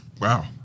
wow